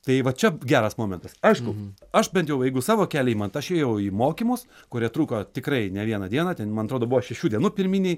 tai va čia geras momentas aišku aš bent jau jeigu savo kelią imant aš ėjau į mokymus kurie truko tikrai ne vieną dieną ten man atrodo buvo šešių dienų pirminiai